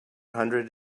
hundred